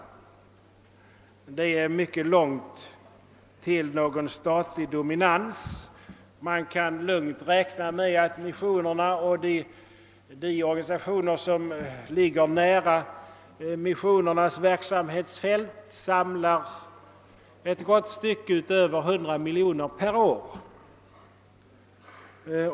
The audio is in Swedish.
Det är mycket långt kvar till någon statlig dominans. Man kan räkna med att missionen och de organisationer vilkas verksamhet ligger nära missionens verksamhetsfält samlar in ett gott stycke över 100 miljoner kronor per år.